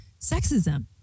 sexism